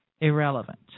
irrelevant